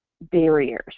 barriers